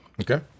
Okay